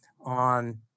on